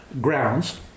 grounds